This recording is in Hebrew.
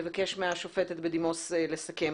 לאחר מכן נבקש מהשופטת בדימוס דליה דורנר לסכם.